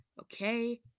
okay